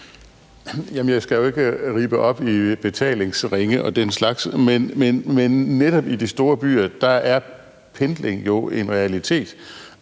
jeg skal jo ikke rippe op i betalingsringe og den slags, men netop i de store byer er pendling jo en realitet,